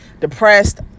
depressed